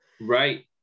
Right